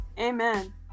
Amen